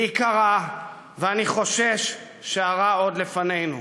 להיקרע, ואני חושש שהרע עוד לפנינו.